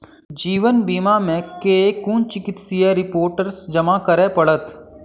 जीवन बीमा मे केँ कुन चिकित्सीय रिपोर्टस जमा करै पड़त?